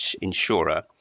insurer